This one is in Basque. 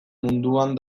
munduan